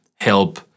help